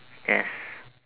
yes